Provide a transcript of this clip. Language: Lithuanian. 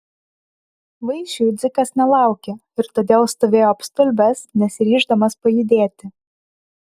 vaišių dzikas nelaukė ir todėl stovėjo apstulbęs nesiryždamas pajudėti